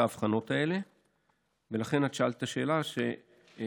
את ההבחנות האלה ולכן את שאלת שאלה שלמעשה